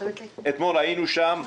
אתמול היינו שם,